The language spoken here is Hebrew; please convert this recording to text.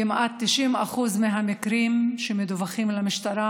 כמעט 90% מהמקרים שמדווחים על המשטרה